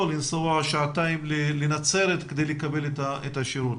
לנסוע שעתיים לנצרת כדי לקבל את השירות.